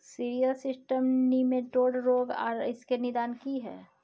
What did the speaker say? Cereal system nematode रोग आर इसके निदान की हय?